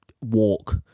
walk